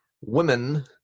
women